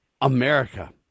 America